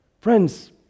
Friends